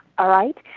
alright.